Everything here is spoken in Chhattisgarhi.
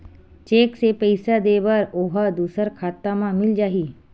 चेक से पईसा दे बर ओहा दुसर खाता म मिल जाही?